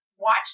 Watch